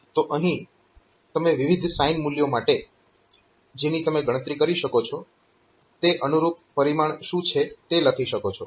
તો અહીં તમે વિવિધ સાઈન મૂલ્યો માટે જેની તમે ગણતરી કરી શકો છો તે અનુરૂપ પરિમાણ શું છે તે લખી શકો છો